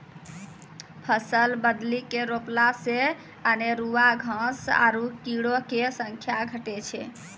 फसल बदली के रोपला से अनेरूआ घास आरु कीड़ो के संख्या घटै छै